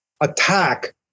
attack